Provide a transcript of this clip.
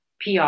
PR